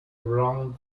round